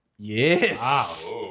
Yes